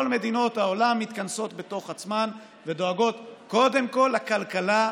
כל מדינות העולם מתכנסות בתוך עצמן ודואגות קודם כול לכלכלה שלהן,